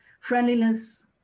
friendliness